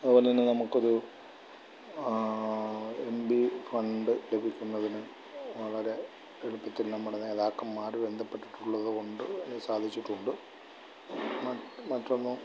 അതുപോലെന്നെ നമുക്കൊരു M P fund ലഭിക്കുന്നതിന് വളരെ എളുപ്പത്തിൽ നമ്മുടെ നേതാക്കന്മാര് ബന്ധപ്പെട്ടിട്ടുള്ളതുകൊണ്ട് അത് സാധിച്ചിട്ടുണ്ട് മറ്റൊന്ന്